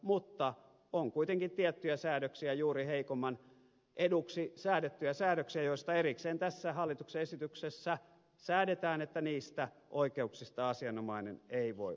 mutta on kuitenkin tiettyjä juuri heikomman eduksi säädettyjä säädöksiä joista erikseen tässä hallituksen esityksessä säädetään että niistä oikeuksista asianomainen ei voi luopua